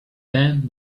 then